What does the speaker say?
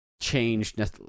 Changed